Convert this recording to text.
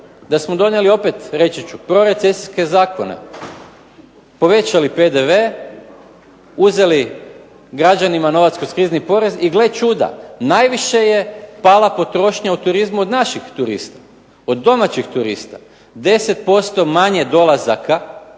da smo donijeli opet, reći ću, prorecesijske zakone, povećali PDV, uzeli građanima novac kroz krizni porez i gle čuda najviše je pala potrošnja u turizmu od naših turista, od domaćih turista. 10% manje dolazaka